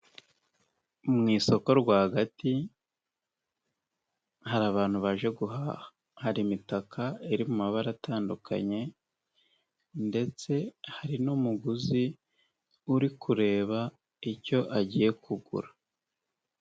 Mu isoko rwagati, hari abantu baje guhaha, hari imitaka iri mu mabara atandukanye ndetse hari n'umuguzi uri kureba icyo agiye kugura.